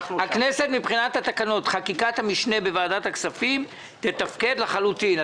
בכנסת חקיקת המשנה בוועדת הכספים תתפקד לחלוטין.